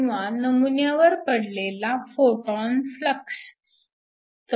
किंवा नमुन्यावर पडलेला फोटॉन फ्लक्स